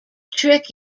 trick